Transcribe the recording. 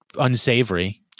unsavory